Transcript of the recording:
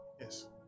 yes